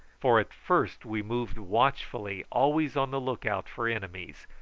for at first we moved watchfully, always on the look-out for enemies,